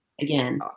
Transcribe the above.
again